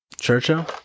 Churchill